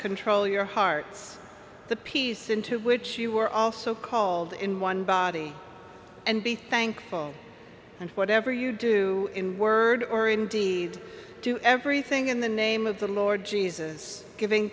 control your hearts the peace into which you were also called in one body and be thankful and whatever you do in word or indeed do everything in the name of the lord jesus giving